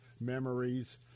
memories